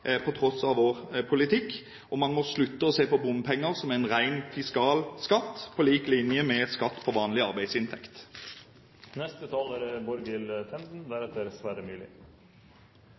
på tross av vår politikk. Man må slutte å se på bompenger som en ren fiskal skatt på lik linje med skatt på vanlig arbeidsinntekt.